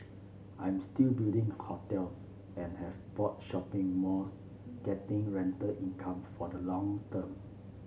I'm still building hotels and have bought shopping malls getting rental income for the long term